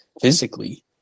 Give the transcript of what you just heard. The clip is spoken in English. physically